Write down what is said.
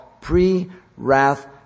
pre-wrath